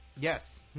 Yes